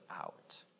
out